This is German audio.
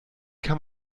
kann